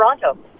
Toronto